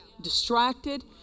distracted